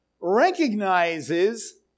recognizes